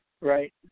right